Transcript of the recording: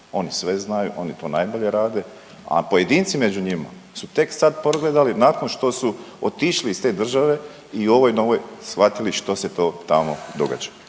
Oni sve znaju, oni to najbolje rade, a pojedinci među njima su tek sad progledali nakon što su otišli iz te države i u ovoj novi shvatili što se to tamo događa.